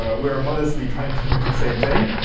ah we're modestly trying to do the same thing.